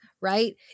Right